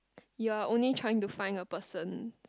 you're only trying to find a person